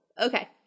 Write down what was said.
Okay